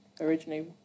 originally